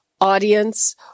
audience